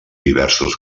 diversos